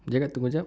dia cakap tunggu jap